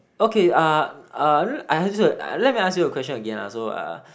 okay uh uh I ask you let me ask you a question again ah so uh